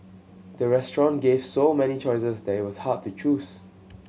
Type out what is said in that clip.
the restaurant gave so many choices that it was hard to choose